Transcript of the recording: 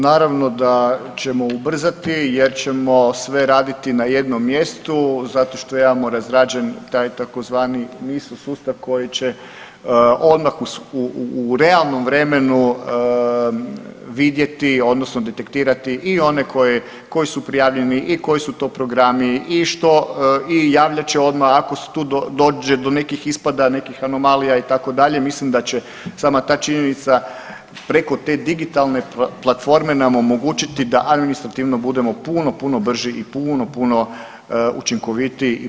Naravno da ćemo ubrzati jer ćemo sve raditi na jednom mjestu zato što imamo razrađen taj tzv. NISO sustav koji će odmah u realnom vremenu vidjeti odnosno detektirati i one koji su prijavljeni i koji su to programi i javljat će odmah ako tu dođe do nekih ispada, nekih anomalija itd. mislim da će sama ta činjenica preko te digitalne platforme nam omogućiti da administrativno budemo puno, puno brži i puno, puno učinkovitiji i protočniji.